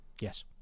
Yes